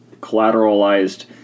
collateralized